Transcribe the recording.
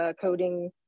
coding